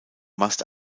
mast